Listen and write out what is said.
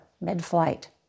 mid-flight